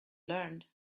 learned